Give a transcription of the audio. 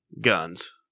guns